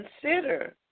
Consider